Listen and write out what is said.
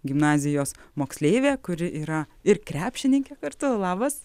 gimnazijos moksleivė kuri yra ir krepšininkė kartu labas